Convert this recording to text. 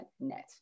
net